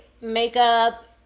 makeup